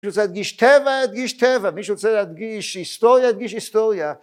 ‫מי שרוצה להדגיש טבע - ידגיש טבע, ‫מי שרוצה להדגיש היסטוריה - ידגיש היסטוריה.